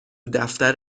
دفتر